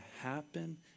happen